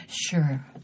Sure